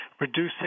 reducing